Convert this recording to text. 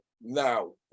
now